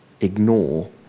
ignore